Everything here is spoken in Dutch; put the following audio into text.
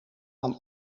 aan